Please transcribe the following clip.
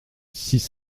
six